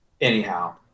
Anyhow